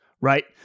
right